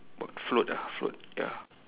what float ah float ya